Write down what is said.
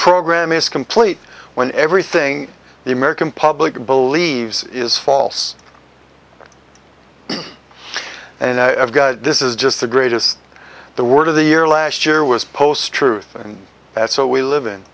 program is complete when everything the american public believes is false and i've got this is just the greatest the word of the year last year was post truth and that's all we live in